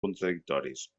contradictoris